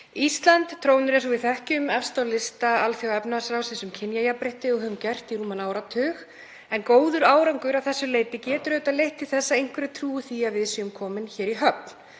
Ísland trónir, eins og við þekkjum, efst á lista Alþjóðaefnahagsráðsins um kynjajafnrétti og hefur gert í rúman áratug. En góður árangur að þessu leyti getur auðvitað leitt til þess að einhverjir trúi því að við séum komin í höfn.